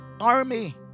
army